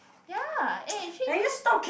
ya eh actually